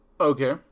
Okay